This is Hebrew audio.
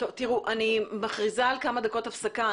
אני מכריזה על כמה דקות הפסקה.